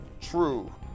True